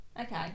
okay